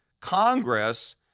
Congress